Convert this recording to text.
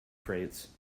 crates